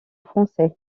français